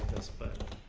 s but